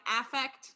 affect